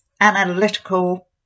analytical